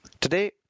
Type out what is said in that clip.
Today